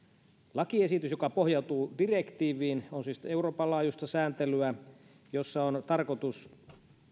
lakiesitys joka pohjautuu direktiiviin ja on siis euroopan laajuista sääntelyä siinä on tarkoitus